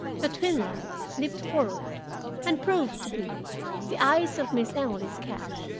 the twin lights leaped forward and proved to be the eyes of miss emily's cat,